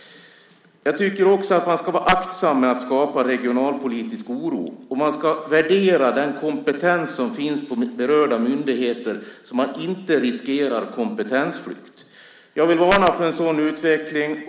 Jag tycker också att man ska vara aktsam när det gäller att skapa regionalpolitisk oro, och man ska värdera den kompetens som finns vid berörda myndigheter så att man inte riskerar kompetensflykt. Jag vill varna för en sådan utveckling.